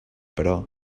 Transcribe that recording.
però